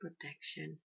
protection